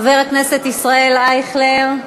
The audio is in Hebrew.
חבר הכנסת ישראל אייכלר,